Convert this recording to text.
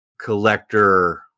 collector